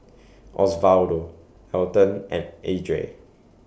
Osvaldo Alton and Edrie